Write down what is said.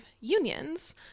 unions